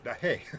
hey